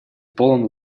полон